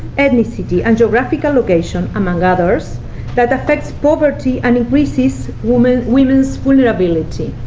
ethnicity, and geographical location among others that affects poverty, and increases women's women's vulnerability.